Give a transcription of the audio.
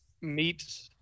Meet